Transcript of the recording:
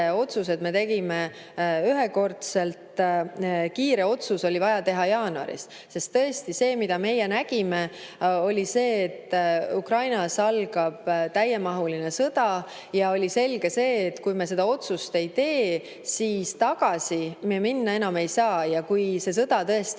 me tegime ühekordselt. Kiire otsus oli vaja teha jaanuaris, sest tõesti see, mida meie nägime, oli see, et Ukrainas algab täiemahuline sõda. Oli selge, et kui me seda otsust ei tee, siis tagasi me minna enam ei saa ja kui sõda tõesti